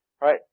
right